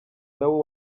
nawo